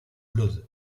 blood